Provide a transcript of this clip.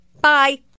Bye